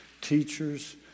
teachers